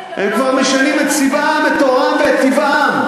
הם כבר משנים את צבעם, את עורם ואת טבעם?